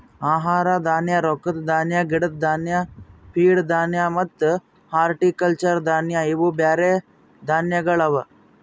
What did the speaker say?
ಆಹಾರ ಧಾನ್ಯ, ರೊಕ್ಕದ ಧಾನ್ಯ, ಗಿಡದ್ ಧಾನ್ಯ, ಫೀಡ್ ಧಾನ್ಯ ಮತ್ತ ಹಾರ್ಟಿಕಲ್ಚರ್ ಧಾನ್ಯ ಇವು ಬ್ಯಾರೆ ಧಾನ್ಯಗೊಳ್ ಅವಾ